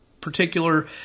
particular